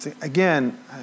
Again